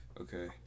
Okay